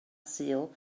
sul